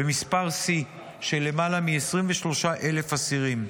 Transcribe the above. על מספר שיא של למעלה מ-23,000 אסירים.